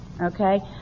Okay